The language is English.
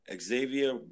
Xavier